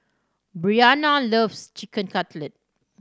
Bryana loves Chicken Cutlet